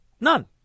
None